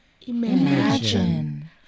Imagine